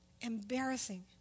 Embarrassing